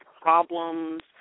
problems